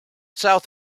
south